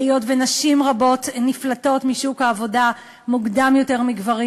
היות שנשים רבות נפלטות משוק העבודה מוקדם יותר מגברים.